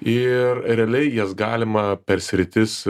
ir realiai jas galima per sritis